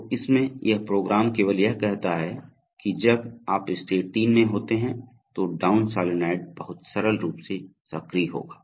तो इसमें यह प्रोग्राम केवल यह कहता है कि जब आप स्टेट 3 में होते हैं तो डाउन सॉलोनॉइड बहुत सरल रूप से सक्रिय होगा